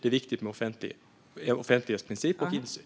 Det är viktigt med offentlighetsprincip och insyn.